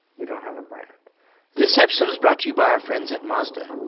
you don't have a brand this episode is brought to you by our friends at mazda